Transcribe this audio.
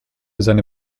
seine